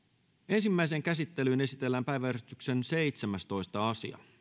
ensimmäiseen käsittelyyn esitellään päiväjärjestyksen seitsemästoista asia